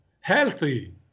healthy